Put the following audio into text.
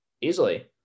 easily